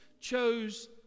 chose